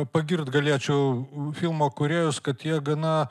pagirt galėčiau filmo kūrėjus kad jie gana